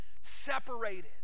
separated